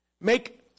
Make